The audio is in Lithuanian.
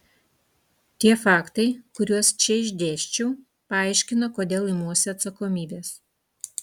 tie faktai kuriuos čia išdėsčiau paaiškina kodėl imuosi atsakomybės